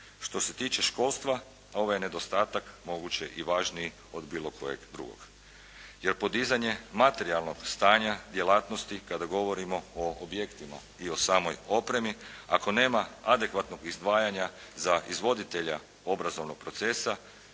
Što se tiče školstva ovaj nedostatak moguće i važniji od bilo kojeg drugog. Jer podizanje materijalnog stanja djelatnosti kada govorimo o objektima i o samoj opremi, ako nema adekvatnog izdvajanja za izvoditelja obrazovnog procesa